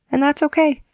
and that's okay.